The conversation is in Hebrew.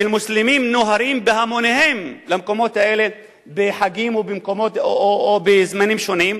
של מוסלמים נוהרים בהמוניהם למקומות האלה בחגים ובזמנים שונים,